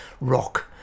rock